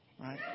right